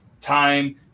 time